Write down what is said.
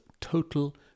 total